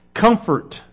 Comfort